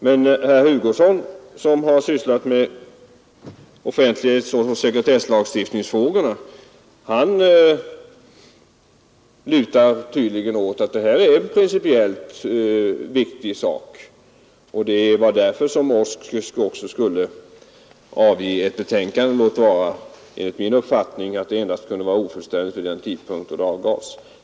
Men herr Hugosson, som har sysslat med offentlighetsoch sekretesslagstiftningsfrågor, lutar tydligen åt att detta är en principiellt viktig fråga. Och det var därför som OSK också skulle avge ett yttrande, låt vara att det enligt min uppfattning endast kunde bli ofullständigt vid den tidpunkt då det avgavs.